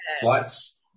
flights